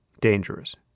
dangerous